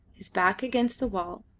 his back against the wall,